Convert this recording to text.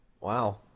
Wow